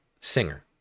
singer